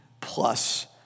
plus